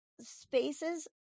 spaces